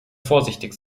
vorsichtig